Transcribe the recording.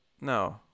No